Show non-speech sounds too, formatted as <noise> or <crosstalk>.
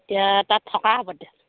এতিয়া তাত থকা হ'ব <unintelligible>